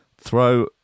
throw